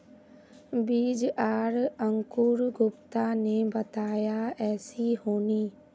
बीज आर अंकूर गुप्ता ने बताया ऐसी होनी?